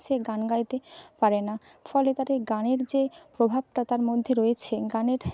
সে গান গাইতে পারে না ফলে তার এই গানের যে প্রভাবটা তার মধ্যে রয়েছে গানের